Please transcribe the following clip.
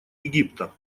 египта